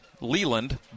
Leland